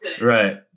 Right